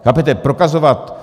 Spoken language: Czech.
Chápete, prokazovat...